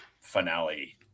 finale